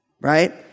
right